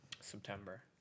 September